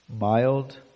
mild